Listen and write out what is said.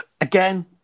Again